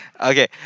Okay